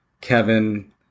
Kevin